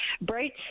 bright